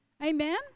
Amen